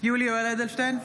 יולי יואל אדלשטיין,